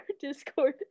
discord